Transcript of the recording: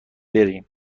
برین